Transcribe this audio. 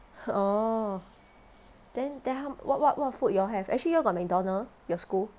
orh then then wha~ wha~ what food you all have actually you all got mcdonald's your school